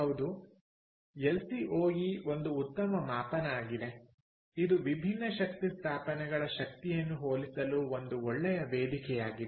ಹೌದು ಎಲ್ಸಿಒಇ ಒಂದು ಉತ್ತಮ ಮಾಪನ ಆಗಿದೆ ಇದು ವಿಭಿನ್ನ ಶಕ್ತಿ ಸ್ಥಾಪನೆಗಳ ಶಕ್ತಿಯನ್ನು ಹೋಲಿಸಲು ಒಂದು ಒಳ್ಳೆಯ ವೇದಿಕೆಯಾಗಿದೆ